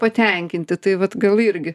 patenkinti tai vat gal irgi